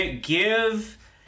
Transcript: give